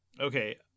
Okay